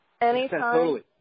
Anytime